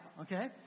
Okay